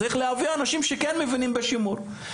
צריך להביא אנשים שכן מבינים בשימור.